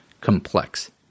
complex